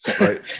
Right